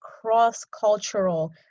cross-cultural